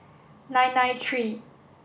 nine nine three